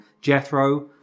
Jethro